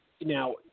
now